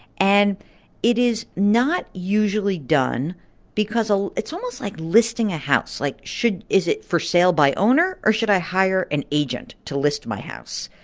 and it is not usually done because ah it's almost like listing a house like, should is it for sale by owner or should i hire an agent to list my house?